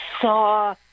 saw